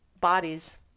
bodies